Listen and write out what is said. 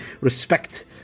respect